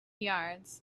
yards